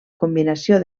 combinació